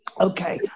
okay